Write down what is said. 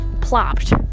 plopped